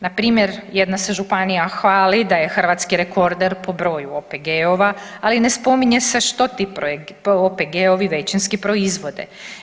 Npr. jedna se županija hvali da je hrvatski rekorder po broju OPG-ova, ali ne spominje se što ti OPG-ovi većinski proizvode.